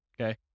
okay